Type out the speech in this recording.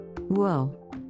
Whoa